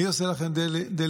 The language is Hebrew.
מי עושה לכם דה-לגיטימציה,